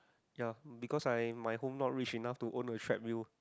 ya because I my home not rich enough to own a treadmill